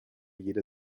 jeder